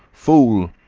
fool!